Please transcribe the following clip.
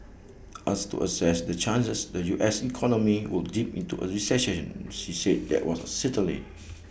asked to assess the chances the U S economy would dip into A recession he said that was A certainty